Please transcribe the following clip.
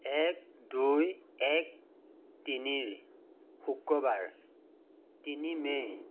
এক দুই এক তিনিৰ শুক্ৰবাৰ তিনি মে'